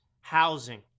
housing